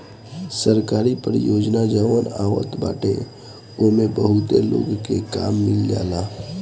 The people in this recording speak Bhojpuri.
सरकारी परियोजना जवन आवत बाटे ओमे बहुते लोग के काम मिल जाला